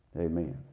amen